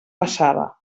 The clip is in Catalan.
passava